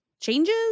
changes